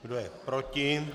Kdo je proti?